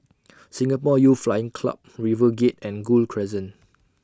Singapore Youth Flying Club RiverGate and Gul Crescent